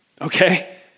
okay